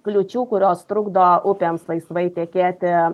kliūčių kurios trukdo upėms laisvai tekėti